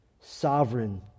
sovereign